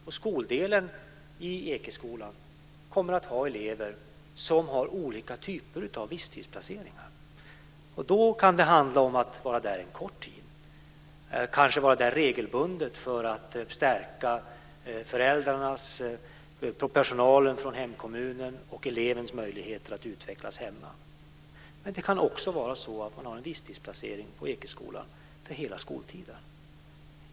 Och skoldelen i Ekeskolan kommer att ha elever som har olika typer av visstidsplaceringar. Då kan det handla om att vara där en kort tid, om att kanske vara där regelbundet för att stärka föräldrarna, personalen från hemkommunen och eleven när det gäller elevens möjligheter att utvecklas hemma. Men det kan också vara så att man har en visstidsplacering på Ekeskolan för hela skoltiden.